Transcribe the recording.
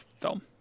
film